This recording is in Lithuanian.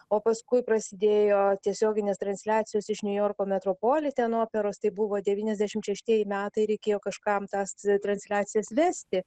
o paskui prasidėjo tiesioginės transliacijos iš niujorko metropolitan operos tai buvo devyniasdešimt šeštieji metai reikėjo kažkam tas transliacijas vesti